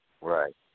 Right